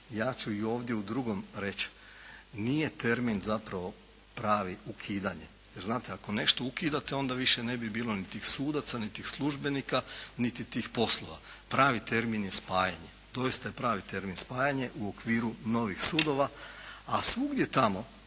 Ja ću i ovdje u drugom reći, nije termin zapravo pravi ukidanje. Jer znate ako nešto ukidate onda više ne bi bilo niti tih sudaca, niti tih službenika, niti tih poslova. Pravi termin je spajanje. Doista je pravi termin spajanje u okviru novih sudova, a svugdje tamo